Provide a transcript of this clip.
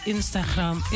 Instagram